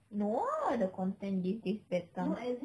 no the content these days better